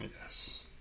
Yes